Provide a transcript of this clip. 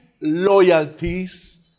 loyalties